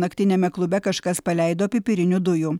naktiniame klube kažkas paleido pipirinių dujų